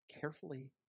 carefully